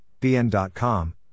BN.com